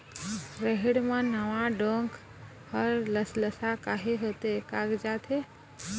रहेड़ म नावा डोंक हर लसलसा काहे होथे कागजात हे?